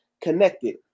Connected